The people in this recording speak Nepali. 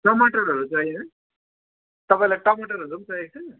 टमाटरहरू चाहिएन तपाईँलाई टमाटरहरू चाहिएको छ